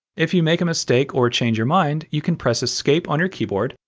if you make a mistake or change your mind, you can press escape on your keyboard,